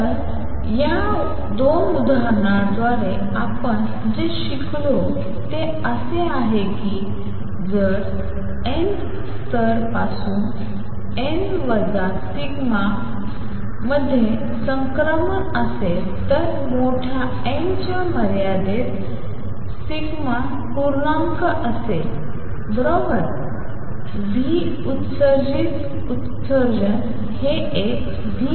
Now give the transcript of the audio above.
तर या 2 उदाहरणांद्वारे आपण जे शिकलो ते असे आहे की जर nth स्तर पासून n τ th a मध्ये संक्रमण असेल तर मोठ्या n च्या मर्यादेत τ पूर्णांक असेल बरोबर ν उत्सर्जित उत्सर्जन हे एक classical